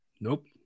Nope